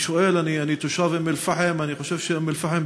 אני תושב אום-אלפחם ואני חושב שאום-אלפחם